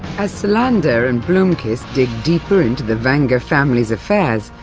as salander and blomkvist dig deeper into the vanger family's affairs,